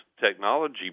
technology